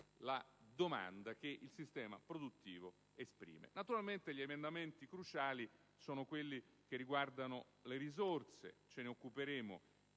la domanda che il sistema produttivo esprime. Naturalmente gli emendamenti cruciali sono quelli che riguardano le risorse: ce ne occuperemo